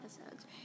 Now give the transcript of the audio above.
episodes